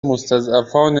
مستضعفان